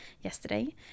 yesterday